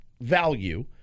value